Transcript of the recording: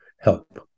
help